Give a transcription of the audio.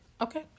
Okay